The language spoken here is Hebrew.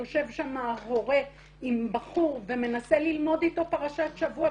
יושב שם הורה עם בחור ומנסה ללמוד איתו פרשת שבוע,